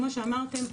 כמו שאמרתם,